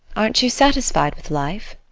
aren't you satisfied with life?